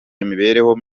imibereho